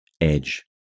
edge